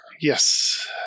Yes